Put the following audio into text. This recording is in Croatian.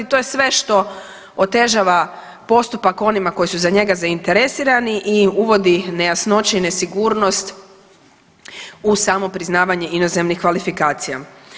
To je sve što otežava postupak onima koji su za njega zainteresirani i uvodi nejasnoće i nesigurnost u samo priznavanje inozemnih kvalifikacija.